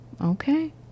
okay